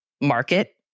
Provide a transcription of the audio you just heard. market